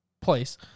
place